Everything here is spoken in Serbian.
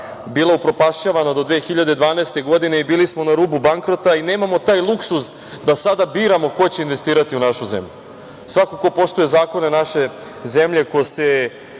bila upropašćavana do 2012. godine i bili smo na rubu bankrota i nemamo taj luksuz da sada biramo ko će investirati u našu zemlju. Svako ko poštuje zakone naše zemlje, ko se